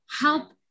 help